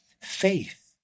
faith